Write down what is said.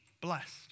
blessed